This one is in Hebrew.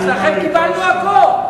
אצלכם קיבלנו הכול.